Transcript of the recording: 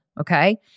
okay